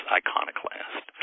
iconoclast